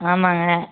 ஆமாங்க